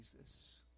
Jesus